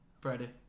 Friday